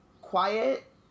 quiet